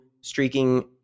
streaking